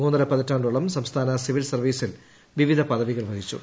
മൂന്നര പതിറ്റാണ്ടോളം സംസ്ഥാന സിവിൽ സർവീസിൽ വിവിധ പദവികൾ വഹിച്ചു